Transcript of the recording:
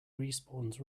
respawns